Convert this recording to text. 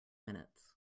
minutes